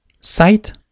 sight